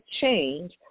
change